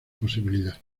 posibilidad